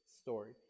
story